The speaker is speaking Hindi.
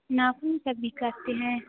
नाख़ून सब भी काटते हैं